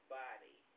body